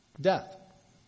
Death